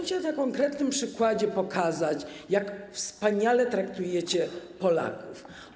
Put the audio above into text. Chciałabym na konkretnym przykładzie pokazać, jak wspaniale traktujecie Polaków.